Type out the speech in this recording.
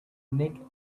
naked